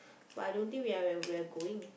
but I don't think where we're going